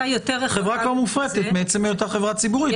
החברה כבר מופרטת מעצם היותה חברה ציבורית,